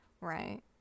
Right